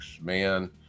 man